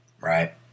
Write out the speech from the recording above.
Right